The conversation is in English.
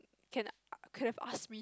can could have asked me